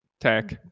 tech